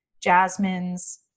Jasmine's